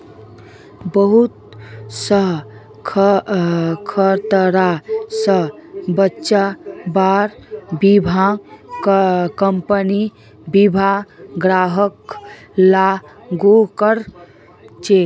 बहुत स खतरा स बचव्वार बीमा कम्पनी बीमा ग्राहकक लागू कर छेक